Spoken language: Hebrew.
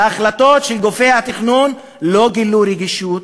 וההחלטות של גופי התכנון לא גילו רגישות